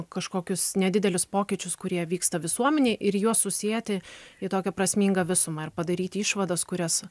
kažkokius nedidelius pokyčius kurie vyksta visuomenėj ir juos susieti į tokią prasmingą visumą ir padaryti išvadas kurias